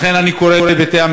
לכן אני קורא לבתי-המשפט,